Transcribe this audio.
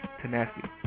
tenacity